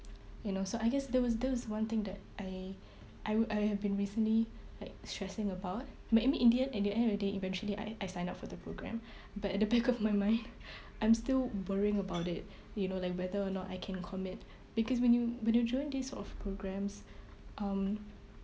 you know so I guess there was there was one thing that I I would I have been recently like stressing about ma~ in the end at the end of the day eventually I I sign up for the program but at the back of my mind I'm still worrying about it you know like whether or not I can commit because when you when you join this sort of programs um